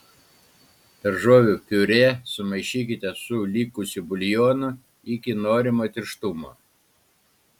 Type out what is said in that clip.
daržovių piurė sumaišykite su likusiu buljonu iki norimo tirštumo